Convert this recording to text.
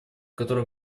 которой